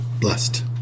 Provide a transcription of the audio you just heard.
blessed